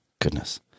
goodness